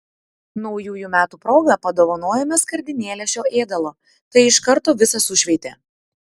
naujųjų metų proga padovanojome skardinėlę šio ėdalo tai iš karto visą sušveitė